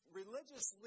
religious